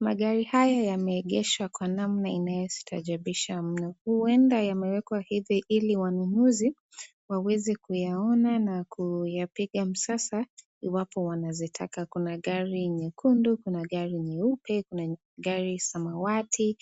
Magari haya yameegeshwa kwa namna inayostaajabisha mno. Huenda yamewekwa hivi ili wanunuzi waweze kuyaona na kuyapiga msasa iwapo wanazitaka. Kuna gari nyekundu, kuna gari nyeupe, kuna gari samawati,